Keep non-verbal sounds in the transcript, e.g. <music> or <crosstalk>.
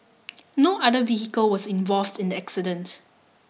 <noise> no other vehicle was involved in the accident